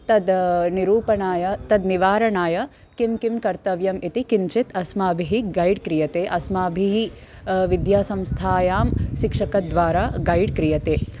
तद् निरूपणाय तद् निवारणाय किं किं कर्तव्यम् इति किञ्चित् अस्माभिः गैड् क्रियते अस्माभिः विद्यासंस्थायां शिक्षकद्वारा गैड् क्रियते